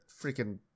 freaking